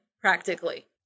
practically